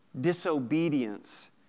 disobedience